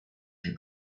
się